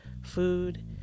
food